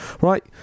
right